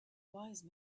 wise